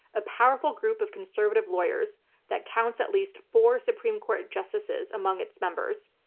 a powerful group of conservative lawyers that counts at least four supreme court justices among its members.